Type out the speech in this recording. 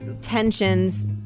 tensions